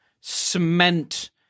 cement